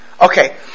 Okay